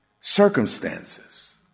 circumstances